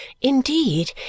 Indeed